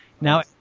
Now